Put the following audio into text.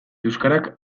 euskarak